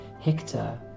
Hector